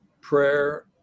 prayer